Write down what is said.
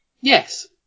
Yes